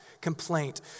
complaint